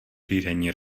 řízení